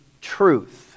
truth